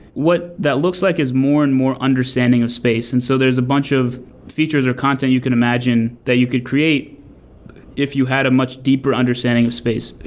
what that looks like is more and more understanding of space. and so there's a bunch of features or content you can imagine that you could create if you had a much deeper understanding of space.